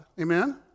Amen